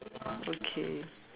okay